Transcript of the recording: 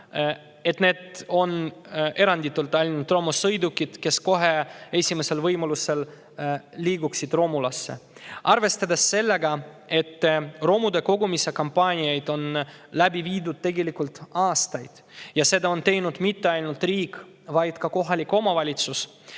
räägime, on eranditult, ainult romusõidukid, mis kohe esimesel võimalusel romulasse [viiakse]. Arvestades sellega, et romude kogumise kampaaniaid on läbi viidud aastaid ja seda pole teinud mitte ainult riik, vaid ka kohalik omavalitsus,